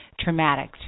traumatic